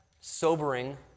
sobering